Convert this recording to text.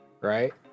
right